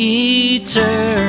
eternal